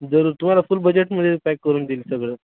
जरूर तुम्हाला फुल बजेटमध्ये पॅक करून देईल सगळं